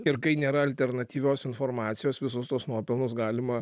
ir kai nėra alternatyvios informacijos visus tuos nuopelnus galima